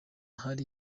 hari